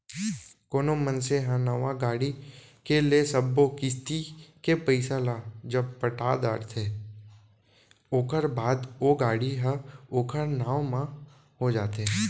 कोनो मनसे ह नवा गाड़ी के ले सब्बो किस्ती के पइसा ल जब पटा डरथे ओखर बाद ओ गाड़ी ह ओखर नांव म हो जाथे